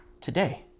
today